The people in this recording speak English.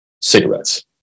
cigarettes